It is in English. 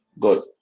Good